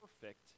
perfect